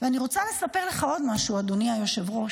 ואני רוצה לספר לך עוד משהו, אדוני היושב-ראש.